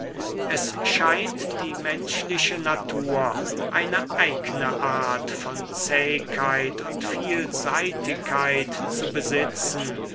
es scheint die menschliche natur eine eigne art von zähigkeit und vielseitigkeit zu besitzen